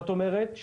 זאת אומרת,